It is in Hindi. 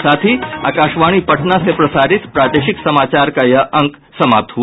इसके साथ ही आकाशवाणी पटना से प्रसारित प्रादेशिक समाचार का ये अंक समाप्त हुआ